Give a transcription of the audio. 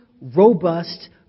robust